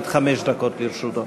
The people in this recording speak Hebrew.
עד חמש דקות לרשותו.